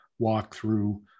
walkthrough